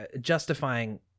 justifying